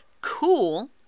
cool